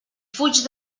fuig